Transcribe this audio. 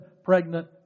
pregnant